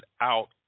out